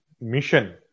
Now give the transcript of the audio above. mission